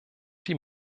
die